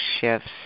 shifts